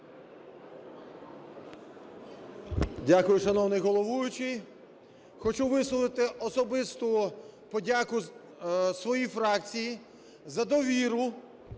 Дякую, шановний головуючий. Хочу висловити особисту подяку своїй фракції за довіру